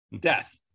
death